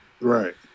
Right